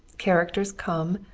characters come,